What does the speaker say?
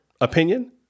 opinion